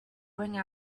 bring